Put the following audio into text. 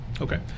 Okay